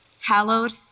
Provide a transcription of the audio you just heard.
hallowed